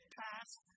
past